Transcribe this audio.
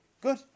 Good